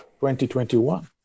2021